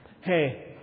Hey